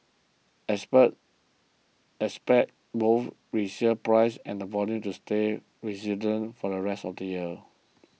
experts expect both resale prices and volume to stay resilient for the rest of the year